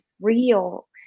real